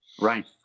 right